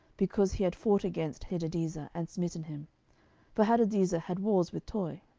because he had fought against hadadezer, and smitten him for hadadezer had wars with toi.